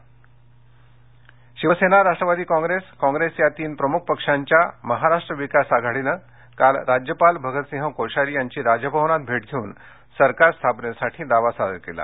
महाविकासदावा शिवसेना राष्ट्रवादी काँप्रेस कांप्रेस या तीन प्रमुख पक्षांच्या महाराष्ट्र विकास आघाडीने काल राज्यपाल भगतसिंह कोश्यारी यांची राजभवनात भेट घेऊन सरकार स्थापनेसाठी दावा सादर केला